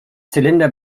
zylinder